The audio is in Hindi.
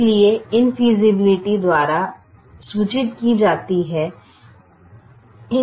इसलिए इंफ़ेयसिबिलिटी संदर्भ समय 1817 द्वारा सूचित की जाती है